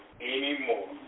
anymore